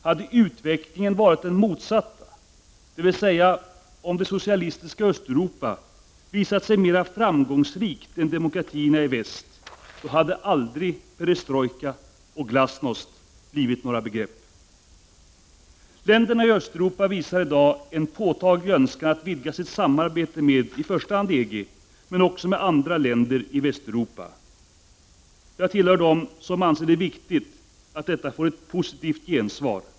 Hade utvecklingen varit den motsatta, dvs. om det socialistiska Östeuropa visat sig mer framgångsrikt, hade aldrig perestrojka och glasnost blivit några begrepp. Länderna i Östeuropa visar i dag en påtaglig önskan att vidga sitt samarbete med i första hand EG men också med andra länder i Västeuropa. Jag tillhör dem som anser det viktigt att denna önskan får ett positivt gensvar.